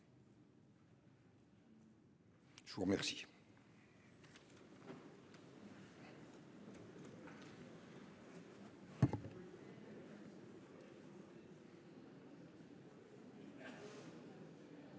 je vous remercie